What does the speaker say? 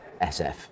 SF